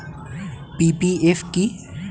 PPF কি?